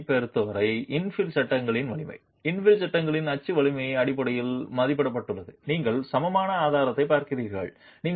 வலிமையைப் பொறுத்தவரை இன்ஃபில் சட்டங்களின் வலிமை இன்ஃபில் சட்டங்களின் அச்சு வலிமை அடிப்படையில் மதிப்பிடப்பட்டுள்ளது நீங்கள் சமமான ஆதாரத்தை பார்க்கிறீர்கள்